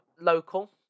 local